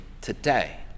today